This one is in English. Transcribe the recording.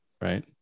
Right